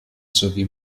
sowie